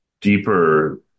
deeper